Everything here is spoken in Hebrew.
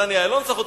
דני אילון שר חוץ,